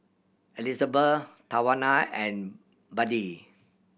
Elisabeth Tawanna and Buddie